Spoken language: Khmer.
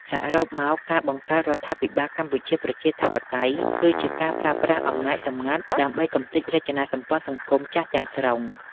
សរុបមក ការបង្កើតរដ្ឋាភិបាលកម្ពុជាប្រជាធិបតេយ្យ គឺជាការប្រើប្រាស់អំណាចសម្ងាត់ដើម្បីកម្ទេចរចនាសម្ព័ន្ធសង្គមចាស់ទាំងស្រុង។